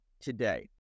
today